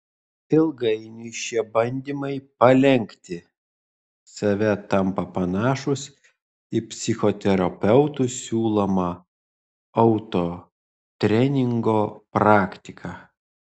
ilgainiui šie bandymai palenkti save tampa panašūs į psichoterapeutų siūlomą autotreningo praktiką